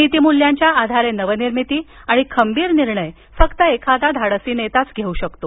नीतिमूल्यांच्या आधारे नवनिर्मिती आणि खंबीर निर्णय फक्त एखादा धाडसी नेताच घेऊ शकतो